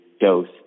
dose